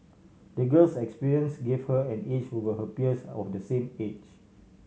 the girl's experience gave her an edge over her peers of the same age